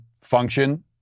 function